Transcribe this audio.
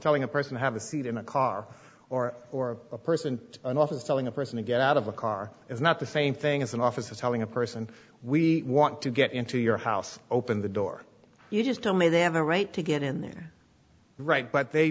telling a person have a seat in a car or or a person an officer telling a person to get out of a car is not the same thing as an officer telling a person we want to get into your house open the door you just tell me they have a right to get in there right but they